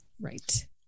Right